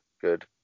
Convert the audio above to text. good